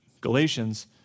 Galatians